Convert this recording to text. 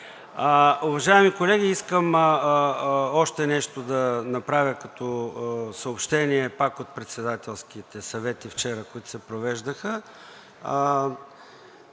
Уважаеми колеги, искам още нещо да направя като съобщение пак от председателските съвети вчера, които се провеждаха.